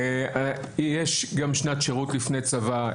יש גם שנת שירות לפני צבא,